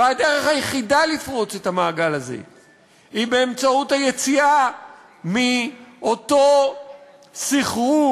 והדרך היחידה לפרוץ את המעגל הזה היא באמצעות היציאה מאותו סחרור